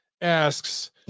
asks